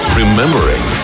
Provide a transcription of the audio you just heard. remembering